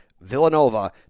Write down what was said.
Villanova